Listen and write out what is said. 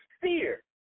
fear